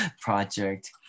project